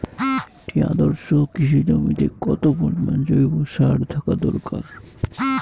একটি আদর্শ কৃষি জমিতে কত পরিমাণ জৈব সার থাকা দরকার?